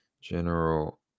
General